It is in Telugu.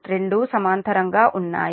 ఈ రెండు సమాంతరంగా ఉన్నాయి